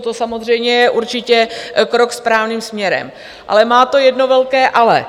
To samozřejmě je určitě krok správným směrem, ale má to jedno velké ale.